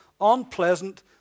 unpleasant